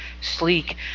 sleek